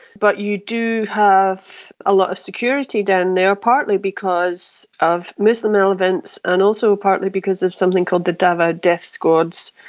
but you do have a lot of security down there, partly because of muslim elements and also partly because of something called the davao death squads.